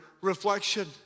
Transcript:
reflection